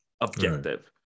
objective